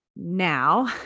Now